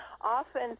often